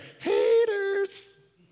haters